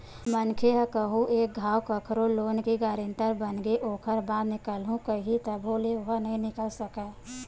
मनखे ह कहूँ एक घांव कखरो लोन के गारेंटर बनगे ओखर बाद निकलहूँ कइही तभो ले ओहा नइ निकल सकय